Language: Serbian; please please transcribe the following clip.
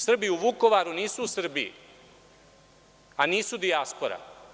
Srbi u Vukovaru nisu u Srbiji, a nisu dijaspora.